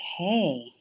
Okay